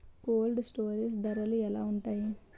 Cold storage ధరలు ఎలా ఉంటాయి?